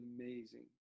amazing